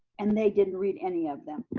and they didn't read any of them.